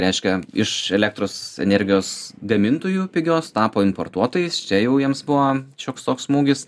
reiškia iš elektros energijos gamintojų pigios tapo importuotojais čia jau jiems buvo šioks toks smūgis